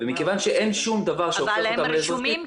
מכיוון שאין שום דבר שהופך אותם לאזרחים,